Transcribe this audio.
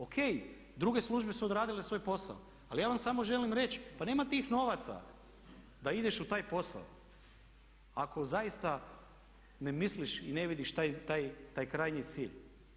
Ok, druge službe su odradile svoj posao, ali ja vam samo želim reći pa nema tih novaca da ideš u taj posao ako zaista ne misliš i ne vidiš taj krajnji cilj.